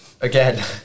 again